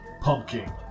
Pumpkin